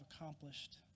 accomplished